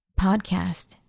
podcast